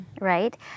right